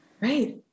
Right